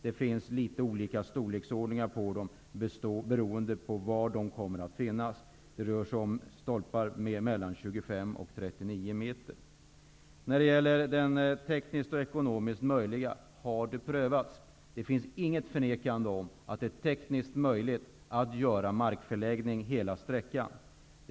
Det finns litet olika storlekar på stolparna, och storleken är beroende av var de kommer att finnas. Det rör sig om stolpar på mellan Det har prövats om det är tekniskt och ekonomiskt möjligt. Det förnekas inte att det är tekniskt möjligt att göra markförlägggning hela sträckan.